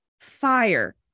fire